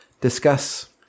discuss